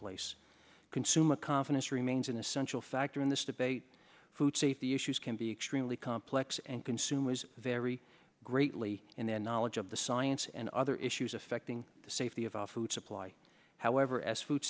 place consumer confidence remains an essential factor in this debate food safety issues can be extremely complex and consume was very greatly in the knowledge of the science and other issues affecting the safety of our food supply however as food